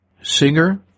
Singer